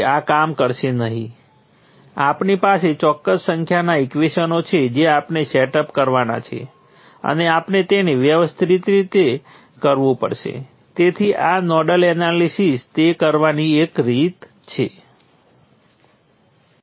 તેથી ફરીથી મારી પાસે ત્રણ ચલો સાથેનાં ત્રણ સમીકરણો છે ત્રણ ચલો V1V2 અને V3 છે અને હું આ ત્રણ ચલો માટે ઉકેલી શકું છું